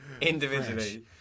individually